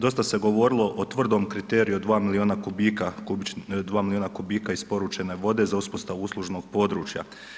Dosta se govorilo o tvrdom kriteriju od 2 milijuna kubika isporučene vode za uspostavu uslužnog područja.